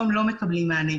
יום לא מקבלים מענה.